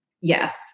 Yes